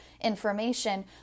information